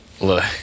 Look